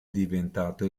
diventato